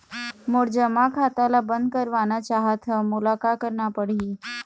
मोर जमा खाता ला बंद करवाना चाहत हव मोला का करना पड़ही?